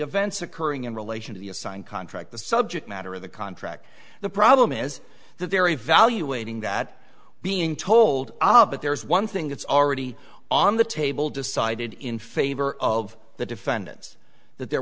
events occurring in relation to the a signed contract the subject matter of the contract the problem is that they're evaluating that being told there is one thing that's already on the table decided in favor of the defendants that there